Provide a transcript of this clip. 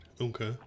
Okay